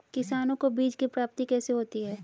किसानों को बीज की प्राप्ति कैसे होती है?